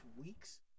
weeks